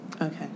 Okay